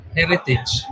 heritage